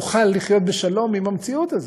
תוכל לחיות בשלום עם המציאות הזאת,